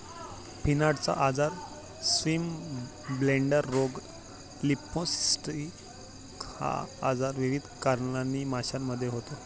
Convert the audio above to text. फिनार्टचा आजार, स्विमब्लेडर रोग, लिम्फोसिस्टिस हा आजार विविध कारणांनी माशांमध्ये होतो